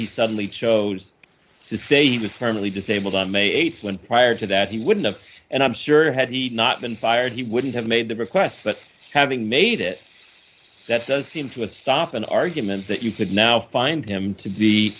he suddenly chose to say he was apparently disabled on may th when prior to that he wouldn't have and i'm sure had he not been fired he wouldn't have made the request but having made it that does seem to a stop an argument that you could now find him to be